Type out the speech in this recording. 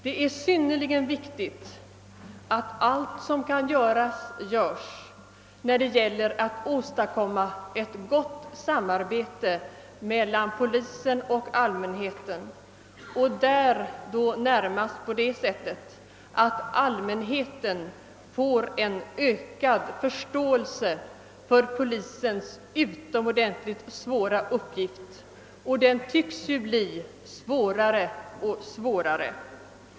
Det är synnerligen viktigt att allt som kan göras verkligen också görs för att åstadkomma gott samarbete mellan polisen och allmänheten, helst på ett sådant sätt att allmänheten bibringas ökad förståelse för polisens utomordentligt svåra uppgifter — polisens arbetsmöjligheter tycks bli sämre och sämre.